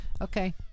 Okay